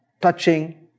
touching